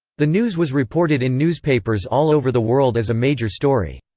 the news was reported in newspapers all over the world as a major story.